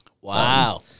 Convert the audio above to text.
wow